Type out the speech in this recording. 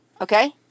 okay